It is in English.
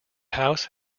house